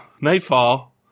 nightfall